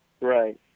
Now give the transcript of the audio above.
Right